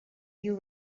you